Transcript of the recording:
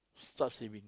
start saving